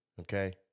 Okay